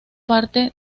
parte